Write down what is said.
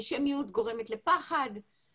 אנטישמיות גורמת לפחד,